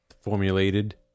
formulated